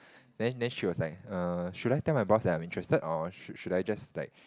then then she was like err should I tell my boss I'm interested or should should I just like